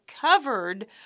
covered